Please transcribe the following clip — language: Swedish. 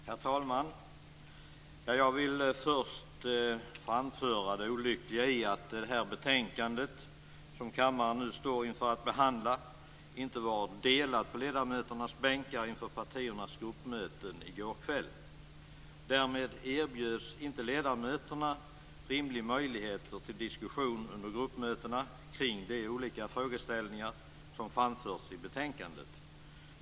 Herr talman! Jag vill först peka på det olyckliga i att det betänkande som kammaren nu står inför att behandla inte var delat på ledamöternas bänkar inför partiernas gruppmöten i går kväll. Därmed erbjöds inte ledamöterna under gruppmötena rimliga möjligheter till diskussion kring de olika frågeställningar som framförs i betänkandet.